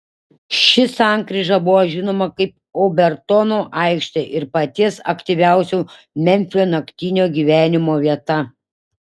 ši sankryža buvo žinoma kaip obertono aikštė ir paties aktyviausio memfio naktinio gyvenimo vieta